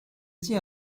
dit